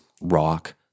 rock